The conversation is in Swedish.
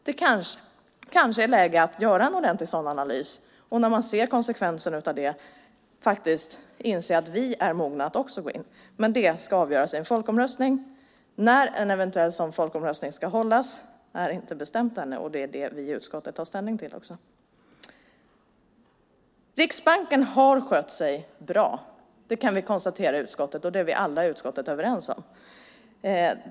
Det kanske är läge att göra en ordentlig analys och när man ser konsekvenserna inse att vi är mogna att gå in. Men det ska avgöras i en folkomröstning. När en eventuell sådan folkomröstning ska hållas är inte bestämt ännu, och det är också det vi i utskottet tar ställning till. Riksbanken har skött sig bra. Det är vi alla i utskottet överens om.